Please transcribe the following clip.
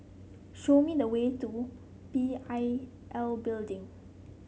show me the way to P I L Building